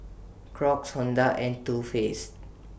Crocs Honda and Too Faced